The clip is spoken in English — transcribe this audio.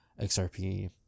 XRP